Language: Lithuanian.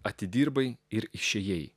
atidirbai ir išėjai